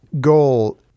goal